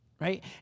right